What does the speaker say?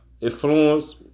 influence